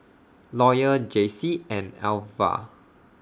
Lawyer Jaycie and Alvah